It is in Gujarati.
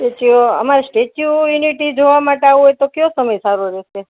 સ્ટેચુ અમારે સ્ટેચ્યૂ યુનિટી જોવા માટે આવવું હોય તો કયો સમય સારો રેસે